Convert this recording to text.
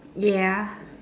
ya